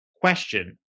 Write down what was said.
question